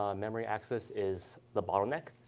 um memory access, is the bottleneck.